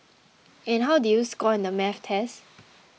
and how did you score in the maths test